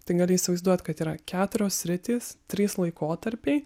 tai gali įsivaizduot kad yra keturios sritys trys laikotarpiai